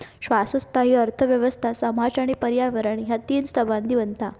शाश्वतता हि अर्थ व्यवस्था, समाज आणि पर्यावरण ह्या तीन स्तंभांनी बनता